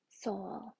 soul